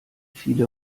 viele